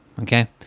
okay